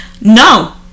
No